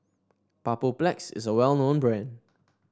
Papulex is a well known brand